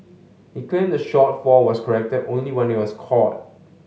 he claimed that the shortfall was corrected only when it was caught